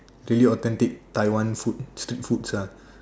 really authentic Taiwan food street foods ah